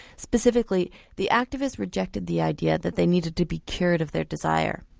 specifically the activists rejected the idea that they needed to be cured of their desire.